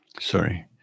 sorry